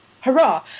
Hurrah